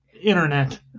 internet